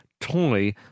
toy